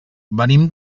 venim